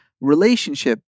relationship